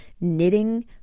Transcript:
knitting